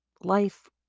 life